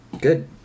Good